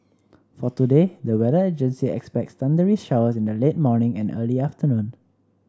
for today the weather agency expects thundery showers in the late morning and early afternoon